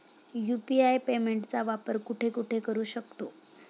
UPI पेमेंटचा वापर कुठे कुठे करू शकतो?